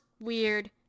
weird